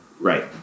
Right